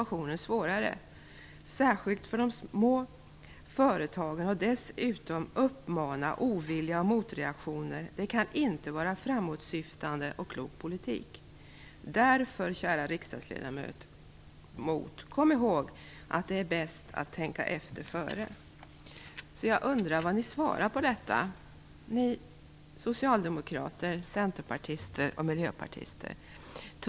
Att i det läget göra situationen svårare, särskilt för de små företagen, och dessutom uppamma ovilja och motreaktioner, det kan inte vara framåtsyftande och klok politik. Därför, kära riksdagsledamot, kom ihåg att det är bäst att tänka efter, före!" Jag undrar vad ni socialdemokrater, centerpartister och miljöpartister svarar på detta.